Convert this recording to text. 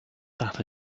that